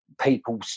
people